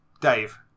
Dave